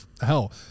Hell